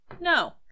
No